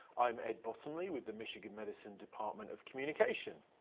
i'm ed bottomley with the michigan medicine department of communication.